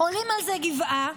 עולים איזו גבעה